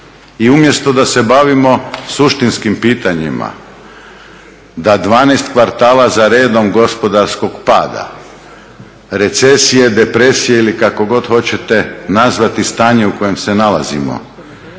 I umjesto da se bavimo suštinskim pitanjima da 12 kvartala za redom gospodarskog pada, recesije, depresije ili kako god hoćete nazvati stanje u kojem se nalazimo,